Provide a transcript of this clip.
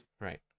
Right